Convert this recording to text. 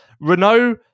Renault